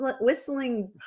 whistling